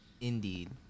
Indeed